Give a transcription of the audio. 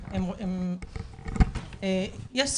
בטיחות, מדרכות, כבישים.